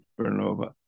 supernova